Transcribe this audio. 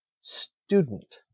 student